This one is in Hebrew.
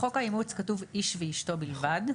בחוק האימוץ כתוב "איש ואשתו בלבד".